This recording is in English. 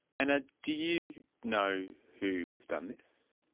anna, do you know who has done this?